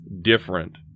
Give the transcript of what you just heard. different